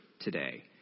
today